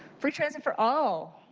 free transit for all.